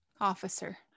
officer